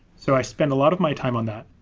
so i spend a lot of my time on that.